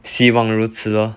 希望如此 lor